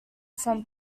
from